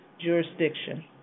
jurisdiction